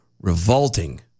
revolting